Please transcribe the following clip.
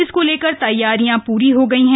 इसको लेकर तैयारियां पूरी हो गई हैं